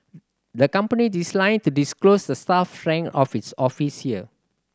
the company to disclose the staff strength of its office here